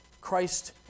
Christ